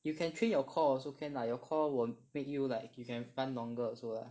you can train your core also can lah your core will make you like you can run longer also lah